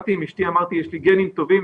כשהתחתנתי עם אשתי אמרתי: יש לי גנים טובים,